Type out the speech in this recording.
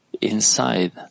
inside